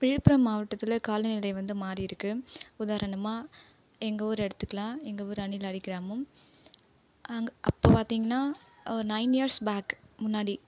விழுப்புரம் மாவட்டத்தில் காலநிலை வந்து மாறியிருக்குது உதாரணமாக எங்கள் ஊரு எடுத்துக்கலாம் எங்கள் ஊர் அணிலாடி கிராமம் அங் அப்போ பார்த்திங்கன்னா ஒரு நைன் இயர்ஸ் பேக் முன்னாடி